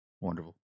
Wonderful